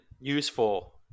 useful